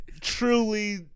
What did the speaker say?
truly